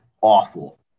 Awful